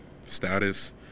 Status